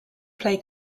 play